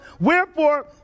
Wherefore